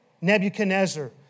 Nebuchadnezzar